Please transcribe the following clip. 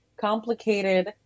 complicated